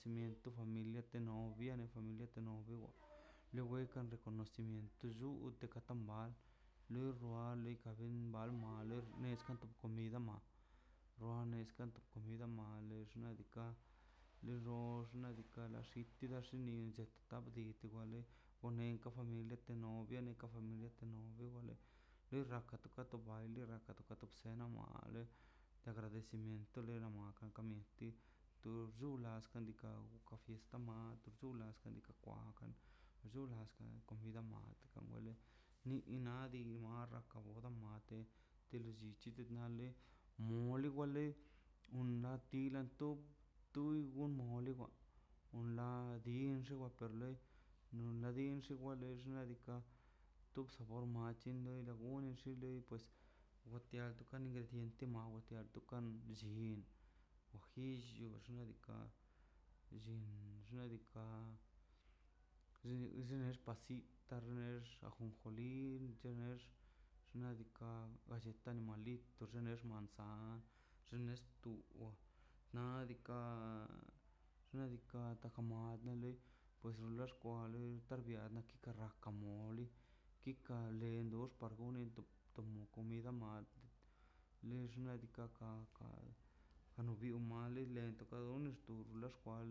familia te novia familia te novio luego kan reconocimiento nllute ka tamal lur wa lete jarm bal bam le es tanto comida ma o nes tanto comida na nalex xnaꞌ diikaꞌ li rxox xnaꞌ diikaꞌ laxiti daxnin tet ka bliiko wa le ne ka familia te novia ka familia te novio le en rraka ka to mbale ka to bsanale te agradecimiento lelan na tekamie tu llula sga kandiikaꞌ la fiesta ma tu llula kan diikaꞌ kwa chulashka comida mat a mole nina di mar rraka boda mate te lo llichi do male mole wale ulan ti latop tuy wai mole dga onla dixguen wa per le nona dinxga wa per le tuksa wor matin wo loi da gonen xin lei ka ingrediente maw udiantokan llin ojillo xnaꞌ diikaꞌ llin xnaꞌ diikaꞌ xixt pasita lex ajonjoli tenex xnaꞌ diikaꞌ galleta animalito lex manzana xnex tuxo nadikaꞌ xnaꞌ diika taj amando lei pues lo xkwali ka xbiali nakan na moli kikan le lox para gonen komo comida le xnaꞌ diikaꞌ ka jano bio male lento kadon tu lex